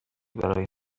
برای